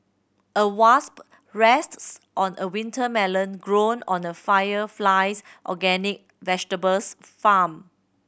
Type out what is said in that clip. a wasp rests on a winter melon grown on the Fire Flies organic vegetables farm